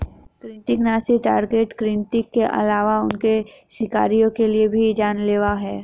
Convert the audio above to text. कृन्तकनाशी टारगेट कृतंक के अलावा उनके शिकारियों के लिए भी जान लेवा हैं